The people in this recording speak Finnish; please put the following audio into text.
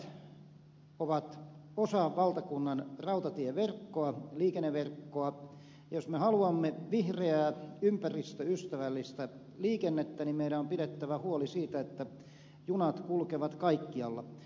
vähäliikenteiset radat ovat osa valtakunnan rautatieverkkoa liikenneverkkoa ja jos me haluamme vihreää ympäristöystävällistä liikennettä meidän on pidettävä huoli siitä että junat kulkevat kaikkialla